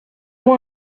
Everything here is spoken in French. moi